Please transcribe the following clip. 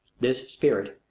this spirit,